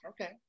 Okay